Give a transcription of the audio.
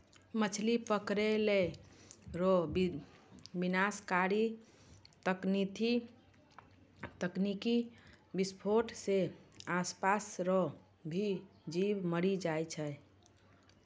मछली पकड़ै रो विनाशकारी तकनीकी विसफोट से आसपास रो भी जीब मरी जाय छै